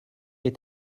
est